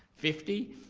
fifty?